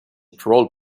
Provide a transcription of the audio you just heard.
troll